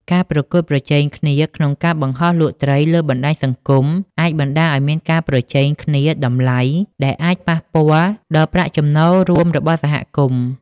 ការប្រកួតប្រជែងគ្នាក្នុងការបង្ហោះលក់ត្រីលើបណ្តាញសង្គមអាចបណ្តាលឱ្យមានការប្រជែងគ្នាតម្លៃ ដែលអាចប៉ះពាល់ដល់ប្រាក់ចំណូលរួមរបស់សហគមន៍។